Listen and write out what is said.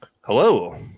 Hello